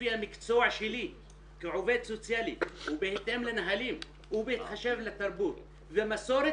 לפי המקצוע שלי כעובד סוציאלי ובהתאם לנהלים ובהתחשב בתרבות ומסורת,